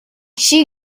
she